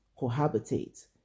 cohabitate